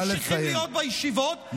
ממשיכים להיות בישיבות,